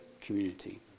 community